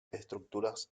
estructuras